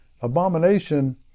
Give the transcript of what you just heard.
Abomination